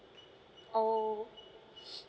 oh